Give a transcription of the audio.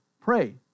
pray